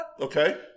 Okay